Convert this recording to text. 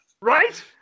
right